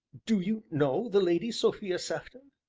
do you know the lady sophia sefton?